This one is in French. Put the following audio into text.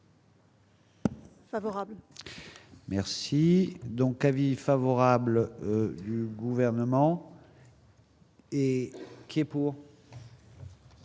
Favorable merci. Donc, avis favorable au gouvernement. Et qui est pour.